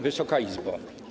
Wysoka Izbo!